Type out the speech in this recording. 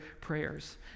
prayers